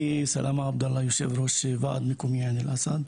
אני יושב ראש ועד מקומי עין אל-אסד.